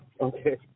Okay